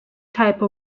type